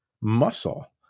muscle